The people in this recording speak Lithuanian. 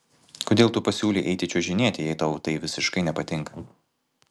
kodėl tu pasiūlei eiti čiuožinėti jei tau tai visiškai nepatinka